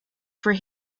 for